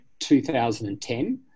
2010